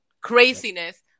craziness